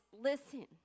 Listen